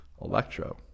Electro